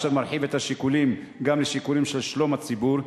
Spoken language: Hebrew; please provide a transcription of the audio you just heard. אשר מרחיב את השיקולים גם לשיקולים של שלום הציבור,